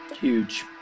Huge